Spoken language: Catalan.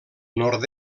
nord